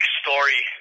story